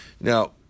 Now